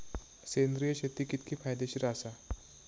सेंद्रिय शेती कितकी फायदेशीर आसा?